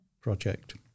project